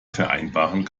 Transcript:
vereinbaren